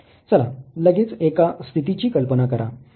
चला लगेच एका स्थितीची कल्पना करा